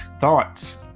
thoughts